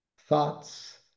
thoughts